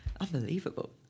Unbelievable